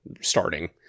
starting